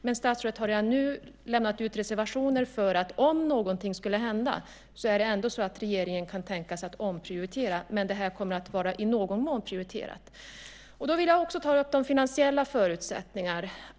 Men statsrådet har redan gjort reservationer för att om någonting skulle hända kan regeringen tänka sig att omprioritera, men det här kommer att vara prioriterat i någon mån. Jag vill också ta upp de finansiella förutsättningarna.